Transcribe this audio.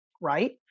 right